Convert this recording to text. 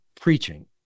preaching